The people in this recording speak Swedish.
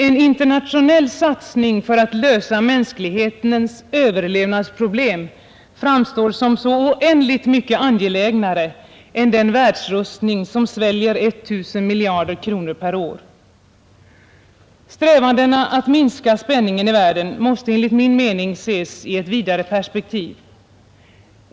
En internationell satsning för att lösa mänsklighetens överlevnadsproblem framstår som så oändligt mycket angelägnare än den världsrustning som sväljer 1 000 miljarder kronor per år. Strävandena att minska spänningen i världen måste enligt min mening ses i ett vidare perspektiv.